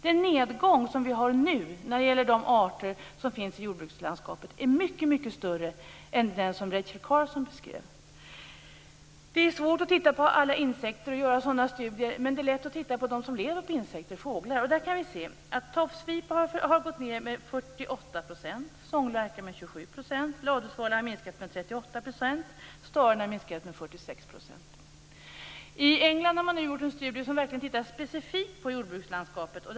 Den nedgång som vi har nu när det gäller de arter som finns i jordbrukslandskapet är mycket större än den som Rachel Carson beskrev. Det är svårt att titta på alla insekter och göra sådana studier, men det är lätt att titta på dem som lever på insekter, alltså fåglar. Där kan vi se att tofsvipa har gått ned med 48 %. Sånglärka har gått ned med 27 %. I England har man gjort en studie som verkligen tittar specifikt på jordbrukslandskapet.